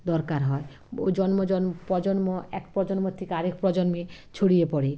দরকার হয় ও জন্ম জন প্রজন্ম এক প্রজন্ম থেকে আরেক প্রজন্মে ছড়িয়ে পড়ে